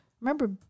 remember